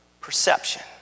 Perception